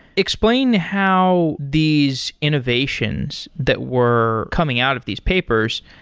explain how these innovations that were coming out of these papers,